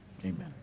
Amen